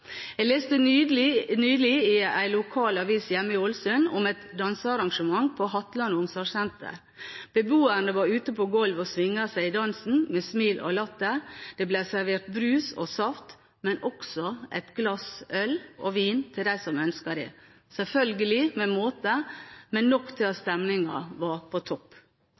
Jeg leste nylig i en lokal avis hjemme i Ålesund om et dansearrangement på Hatlane omsorgssenter. Beboerne var ute på gulvet og svingte seg i dansen med smil og latter. Det ble servert brus og saft, men også et glass øl og vin til dem som ønsket det – selvfølgelig med måte, men nok til at stemningen var på topp.